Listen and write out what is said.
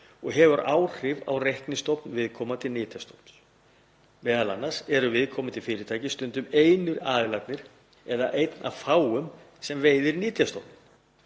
og hefur áhrif á reiknistofn viðkomandi nytjastofns. Meðal annars er viðkomandi fyrirtæki stundum eini aðilinn eða eitt af fáum sem veiðir nytjastofninn.